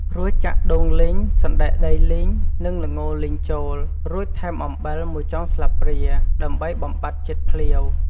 រួចចាក់ដូងលីង សណ្តែកដីលីង និងល្ងលីងចូល រួចថែមអំបិល ១ចុងស្លាបព្រា ដើម្បីបំបាត់ជាតិភ្លាវ។